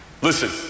Listen